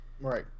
Right